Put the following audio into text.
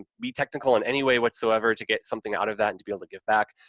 be technical in any way whatsoever to get something out of that and to be able to give back.